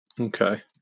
Okay